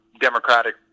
democratic